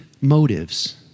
motives